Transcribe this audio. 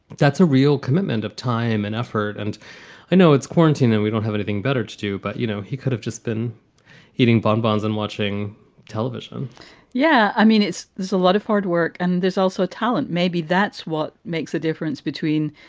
that's a real commitment of time and effort. and i know its quarantine and we don't have anything better to do. but, you know, he could have just been eating bonbons and watching television yeah. i mean, it's there's a lot of hard work and there's also a talent. maybe that's what makes a difference between,